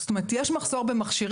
זאת אומרת: יש מחסור במכשירים,